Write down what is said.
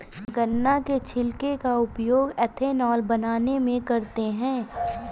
गन्ना के छिलके का उपयोग एथेनॉल बनाने में करते हैं